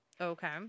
Okay